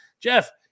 Jeff